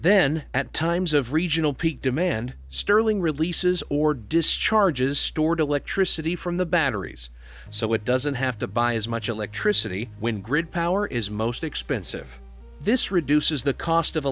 then at times of regional peak demand sterling releases or discharges stored electricity from the batteries so it doesn't have to buy as much electricity when grid power is most expensive this reduces the cost of